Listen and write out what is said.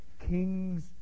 kings